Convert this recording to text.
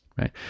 right